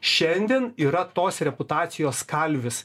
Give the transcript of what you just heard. šiandien yra tos reputacijos kalvis